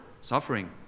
Suffering